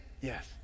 Yes